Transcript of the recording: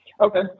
Okay